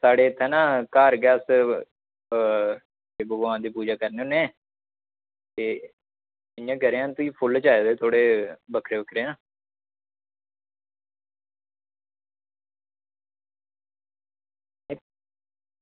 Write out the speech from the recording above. ते साढ़े इत्थें ना घर गै उत्त ते भगवान दी पूजा करने होने ते इंया करेआं तुगी फुल्ल चाहिदे थोह्ड़े बक्खरे बक्खरे न